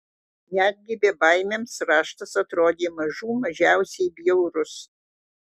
netgi bebaimiams raštas atrodė mažų mažiausiai bjaurus